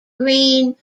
green